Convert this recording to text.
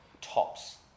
tops